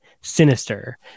Sinister